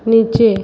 नीचे